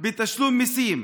בתשלום מיסים.